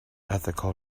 ethical